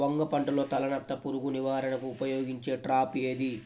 వంగ పంటలో తలనత్త పురుగు నివారణకు ఉపయోగించే ట్రాప్ ఏది?